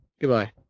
Goodbye